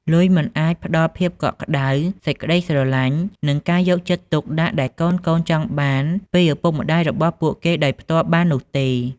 លុយមិនអាចផ្តល់ភាពកក់ក្ដៅ សេចក្ដីស្រឡាញ់ និងការយកចិត្តទុកដាក់ដែលកូនៗចង់បានពីឪពុកម្ដាយរបស់ពួកគេដោយផ្ទាល់បាននោះទេ។